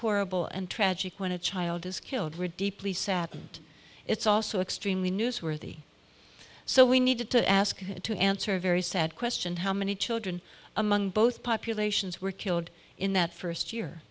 horrible and tragic when a child is killed we're deeply saddened it's also extremely newsworthy so we need to ask to answer a very sad question how many children among both populations were killed in that first year